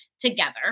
together